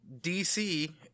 DC